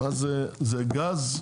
זה גז?